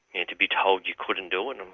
and to be told you couldn't do it.